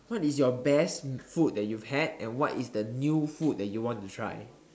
what is your best food that you've had and what is the new food that you want to try